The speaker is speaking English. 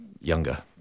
younger